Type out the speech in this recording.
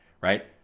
Right